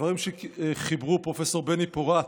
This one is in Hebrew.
דברים שחיברו פרופ' בני פורת,